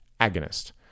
agonist